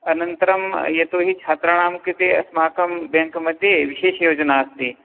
अनन्तरं यतो हि छात्राणां कृते अस्माकं बेङ्क् मध्ये विशेषयोजना अस्ति